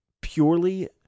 purely